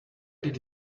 did